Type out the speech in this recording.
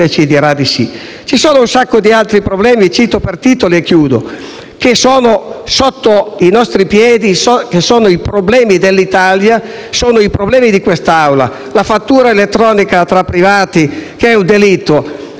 Ci sono molti altri problemi, che citerò per titoli prima di concludere, che sono sotto i nostri piedi. Sono i problemi dell'Italia, sono i problemi di quest'Aula. La fattura elettronica tra privati che è un delitto,